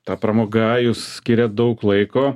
ta pramoga jūs skiriat daug laiko